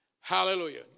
Hallelujah